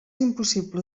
impossible